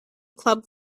club